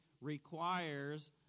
requires